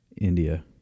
India